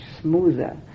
smoother